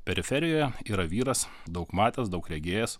periferijoje yra vyras daug matęs daug regėjęs